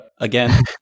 again